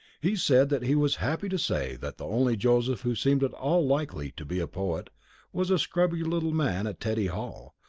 he said that he was happy to say that the only joseph who seemed at all likely to be a poet was a scrubby little man at teddy hall,